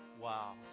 Wow